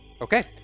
Okay